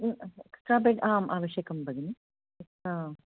extra bed आम् आवश्यकं भगिनि